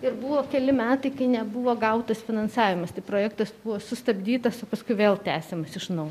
ir buvo keli metai kai nebuvo gautas finansavimas tai projektas buvo sustabdytas o paskui vėl tęsiamas iš naujo